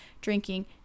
drinking